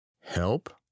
help